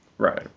Right